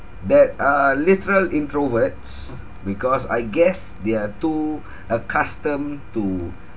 that are literal introverts because I guess they are too accustomed to